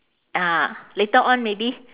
ah later on maybe